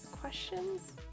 questions